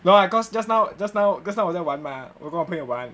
no lah cause just now just now 我在玩 mah 我跟我朋友玩